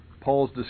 Paul's